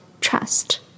trust